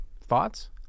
Thoughts